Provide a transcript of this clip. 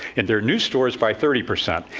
and their new stores by thirty percent,